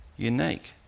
Unique